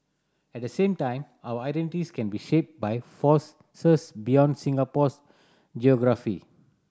at the same time our identities can be shaped by force beyond Singapore's geography